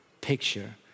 picture